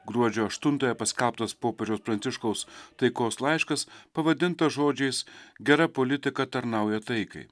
gruodžio aštuntąją paskelbtas popiežiaus pranciškaus taikos laiškas pavadintas žodžiais gera politika tarnauja taikai